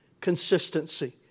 Consistency